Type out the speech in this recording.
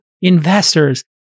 investors